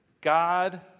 God